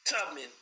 Tubman